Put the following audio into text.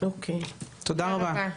תודה רבה.